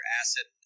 acid